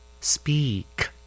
Speak